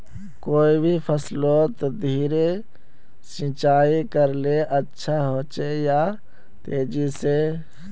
कोई भी फसलोत धीरे सिंचाई करले अच्छा होचे या तेजी से?